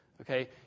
Okay